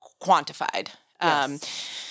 quantified